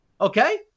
Okay